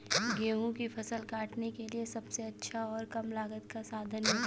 गेहूँ की फसल काटने के लिए सबसे अच्छा और कम लागत का साधन बताएं?